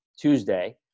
Tuesday